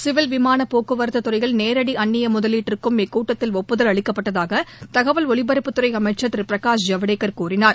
civil விமானபோக்குவரத்துத் துறையில் நேரடிஅந்நியமுதலீட்டுக்கும் இக்கூட்டத்தில் ஒப்புதல் அளிக்கப்பட்டதாகதகவல் ஒலிபரப்புத்துறைஅமைச்சா் திருபிரகாஷ் ஜவடேக்கா் கூறினார்